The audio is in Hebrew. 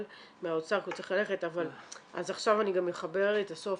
מהאוצר אז עכשיו אני גם אחבר את הסוף